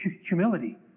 humility